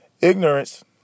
ignorance